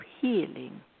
healing